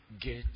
get